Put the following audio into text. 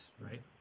right